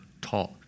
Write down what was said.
talk